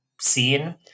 scene